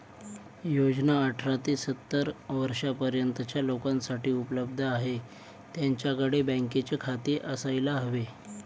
योजना अठरा ते सत्तर वर्षा पर्यंतच्या लोकांसाठी उपलब्ध आहे, त्यांच्याकडे बँकेचे खाते असायला हवे